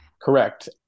Correct